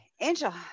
Angel